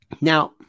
Now